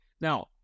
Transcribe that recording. now